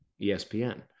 ESPN